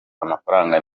amafaranga